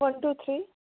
one two three